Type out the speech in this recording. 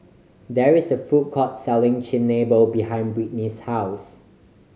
there is a food court selling Chigenabe behind Britny's house